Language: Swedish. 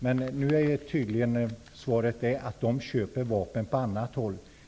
Men nu är tydligen beskedet att de köper vapen på annat håll.